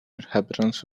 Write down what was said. inhabitants